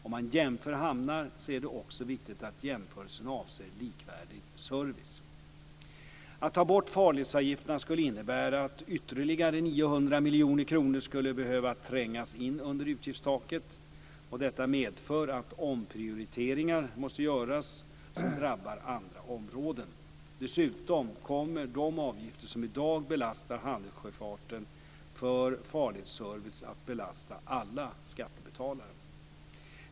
Om man jämför hamnar är det också viktigt att jämförelsen avser likvärdig service. Att ta bort farledsavgiften skulle innebära att ytterligare 900 miljoner kronor skulle behöva trängas in under utgiftstaket. Detta medför att omprioriteringar måste göras som drabbar andra områden. Dessutom kommer de avgifter som i dag belastar handelssjöfarten för farledsservice att belasta alla skattebetalare.